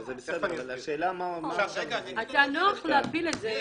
אבל ברגע שלוקחים את זה לעולם מבחני התמיכה,